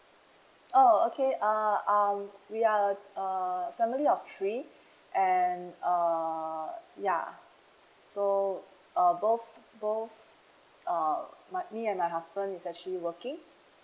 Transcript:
oh okay uh um we are uh family of three and uh yeah so uh both both uh my me and my husband is actually working